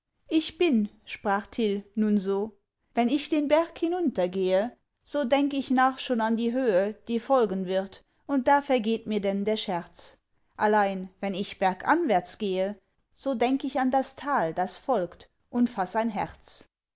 ich bin sprach till nun so wenn ich den berg hinuntergehe so denk ich narr schon an die höhe die folgen wird und da vergeht mir denn der scherz allein wenn ich berganwärts gehe so denk ich an das tal das folgt und faß ein herz